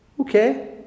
Okay